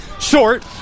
Short